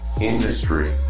industry